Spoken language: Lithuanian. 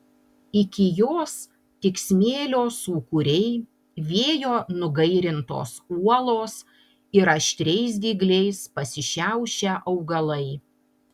iki jos tik smėlio sūkuriai vėjo nugairintos uolos ir aštriais dygliais pasišiaušę augalai